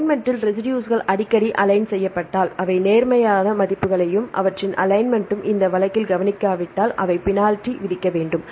அலைன்மென்ட்டில் ரெசிடுஸ்கள் அடிக்கடி அலைன்செய்யப்பட்டால் அவை நேர்மறையான மதிப்புகளையும் அவற்றின் அலைன்மென்ட்டும் இந்த வழக்கில் கவனிக்காவிட்டால் அவை பெனால்டி விதிக்க வேண்டும்